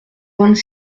vingt